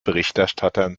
berichterstattern